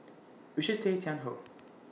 Richard Tay Tian Hoe